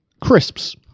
crisps